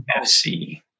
fc